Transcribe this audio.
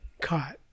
caught